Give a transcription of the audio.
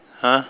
!huh!